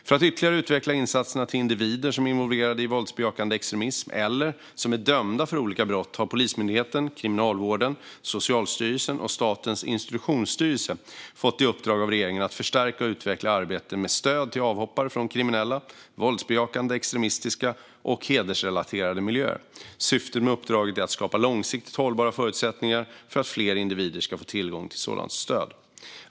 För att ytterligare utveckla insatserna till individer som är involverade i våldsbejakande extremism eller som är dömda för olika brott har Polismyndigheten, Kriminalvården, Socialstyrelsen och Statens institutionsstyrelse fått i uppdrag av regeringen att förstärka och utveckla arbetet med stöd till avhoppare från kriminella, våldsbejakande extremistiska och hedersrelaterade miljöer. Syftet med uppdraget är att skapa långsiktigt hållbara förutsättningar för att fler individer ska få tillgång till sådant stöd.